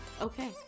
okay